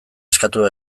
eskatu